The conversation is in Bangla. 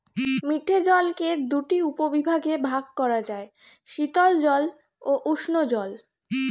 মিঠে জলকে দুটি উপবিভাগে ভাগ করা যায়, শীতল জল ও উষ্ঞ জল